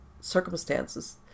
circumstances